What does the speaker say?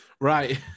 Right